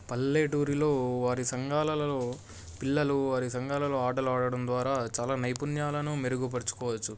పల్లెటూరిలో వారి సంఘాలలలో పిల్లలు వారి సంఘాలలో ఆటలు ఆడడం ద్వారా చాలా నైపుణ్యాలను మెరుగుపరుచుకోవచ్చు